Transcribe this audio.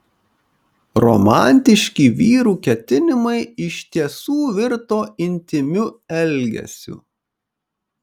romantiški vyrų ketinimai iš tiesų virto intymiu elgesiu